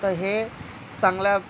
तर हे चांगल्या